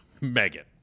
Megan